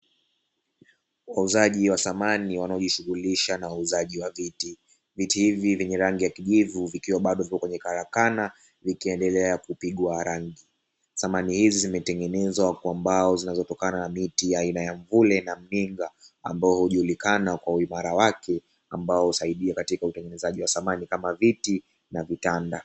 Wauzaji wa samani wanaojishughulisha na uuzaji wa viti. Viti hivi vyenye rangi ya kijivu vikiwa bado kwenye karakana vikiendelea kupigwa rangi. Samani hizi zimetengenezwa kwa mbao zinazotokana na miti aina ya mvule na mringa ambayo hujulikana kwa uimara wake ambao husaidia katika utengenezaji wa samani kama viti na vitanda.